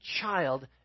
child